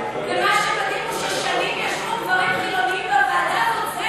ומה שמדהים הוא ששנים ישבו גברים חילונים בוועדה הזאת,